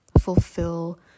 fulfill